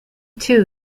too